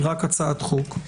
היא רק הצעת חוק,